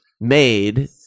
made